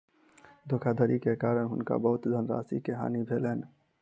धोखाधड़ी के कारण हुनका बहुत धनराशि के हानि भेलैन